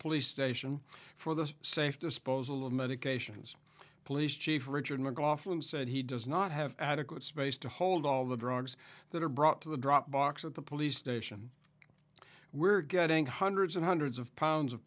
police station for the safe disposal of medications police chief richard mclaughlin said he does not have adequate space to hold all the drugs that are brought to the drop box at the police station we're getting hundreds and hundreds of pounds of